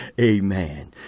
Amen